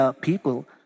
people